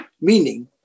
meaning